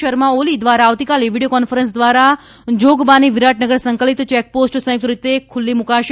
શર્માઓલી દ્વારા આવતીકાલે video conference દ્વારા જોગબાની વિરાટનગર સંકલીત ચેક પોસ્ટ સંયુક્તરૂપે ખુલ્લી મુકાશે